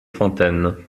fontaine